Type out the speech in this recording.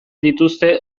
dituzte